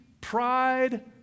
pride